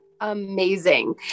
amazing